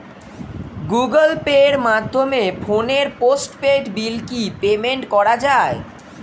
Google পের মাধ্যমে ফোনের পোষ্টপেইড বিল কি পেমেন্ট করা যায়?